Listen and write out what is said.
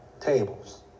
Tables